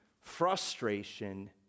frustration